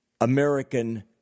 American